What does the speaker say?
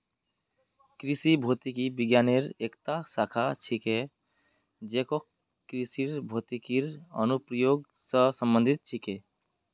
कृषि भौतिकी विज्ञानेर एकता शाखा छिके जेको कृषित भौतिकीर अनुप्रयोग स संबंधित छेक